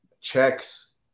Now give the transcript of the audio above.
checks